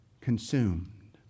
consumed